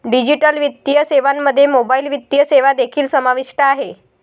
digital वित्तीय सेवांमध्ये mobile वित्तीय सेवा देखील समाविष्ट आहेत